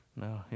No